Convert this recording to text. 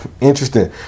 Interesting